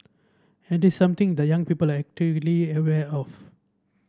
and this something the young people are actively aware of